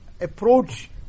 approach